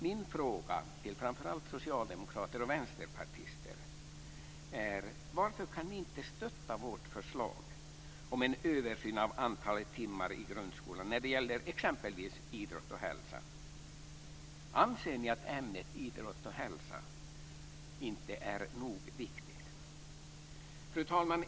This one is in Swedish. Min fråga till framför allt socialdemokrater och vänsterpartister är: Varför kan ni inte stödja vårt förslag om en översyn av antalet timmar i grundskolan när det gäller exempelvis idrott och hälsa? Anser ni inte att ämnet idrott och hälsa är nog viktigt? Fru talman!